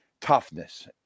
toughness